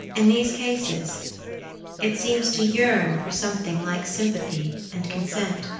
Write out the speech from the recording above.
in these cases it seems to yearn for something like sympathy and consent.